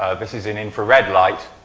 this is in infrared light.